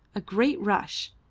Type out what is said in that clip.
a great rush,